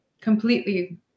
Completely